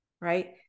right